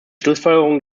schlussfolgerung